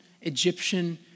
Egyptian